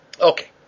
Okay